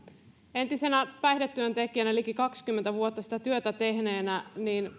entisenä päihdetyöntekijänä liki kaksikymmentä vuotta sitä työtä tehneenä